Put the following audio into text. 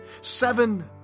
Seven